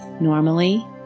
normally